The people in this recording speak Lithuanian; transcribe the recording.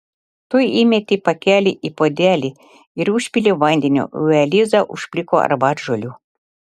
tu įmeti pakelį į puodelį ir užpili vandeniu o eliza užpliko arbatžolių